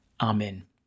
Amen